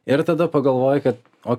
ir tada pagalvoji kad o